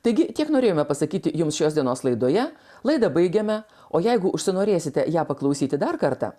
taigi tiek norėjome pasakyti jums šios dienos laidoje laidą baigėme o jeigu užsinorėsite ją paklausyti dar kartą